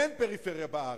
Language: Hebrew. אין פריפריה בארץ,